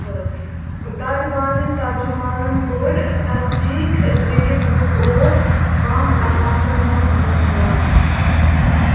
ٹھٔہر طالبانٕکۍ ترجُمانَن کوٚر تصدیٖق زِ یہِ گرٛوٗپ اوس بم دھماکن ہُنٛد ذِمہٕ وار